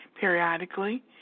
periodically